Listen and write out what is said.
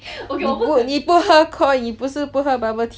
你不喝 Koi 你不是不喝 bubble tea